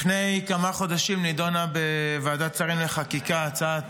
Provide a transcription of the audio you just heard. לפני כמה חודשים נדונה בוועדת השרים לחקיקה הצעת